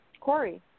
Corey